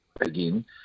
again